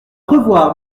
revoir